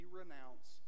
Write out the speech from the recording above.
renounce